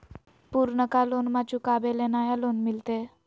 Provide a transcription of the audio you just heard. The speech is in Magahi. पुर्नका लोनमा चुकाबे ले नया लोन मिलते?